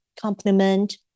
compliment